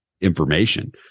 information